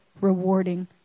rewarding